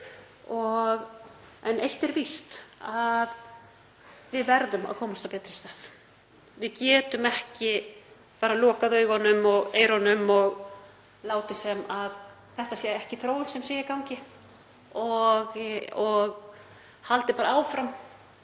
En eitt er víst að við verðum að komast á betri stað. Við getum ekki bara lokað augunum og eyrunum og látið sem þetta sé ekki þróun sem sé í gangi og haldið bara áfram